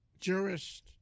jurist